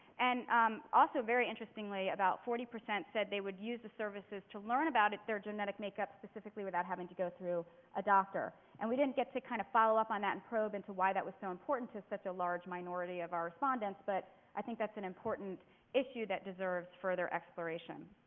and um also, very interestingly, about forty percent said they would use the services to learn about if their genetic makeup specifically without having to go through a doctor. and we didn't get to kind of follow up on that and probe into why that was so important to such a large minority of our respondents but i think that's an important issue that that deserves further exploration.